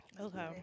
Okay